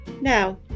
Now